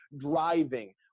driving